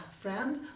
friend